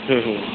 ହୁଁ ହୁଁ